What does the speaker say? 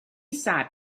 sat